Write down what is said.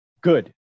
Good